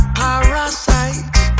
parasites